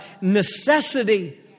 necessity